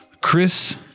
Chris